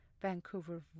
Vancouver